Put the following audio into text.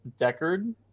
Deckard